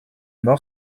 mort